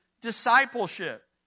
discipleship